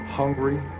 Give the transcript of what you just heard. hungry